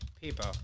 people